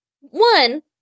One